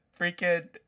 freaking